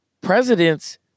Presidents